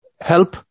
help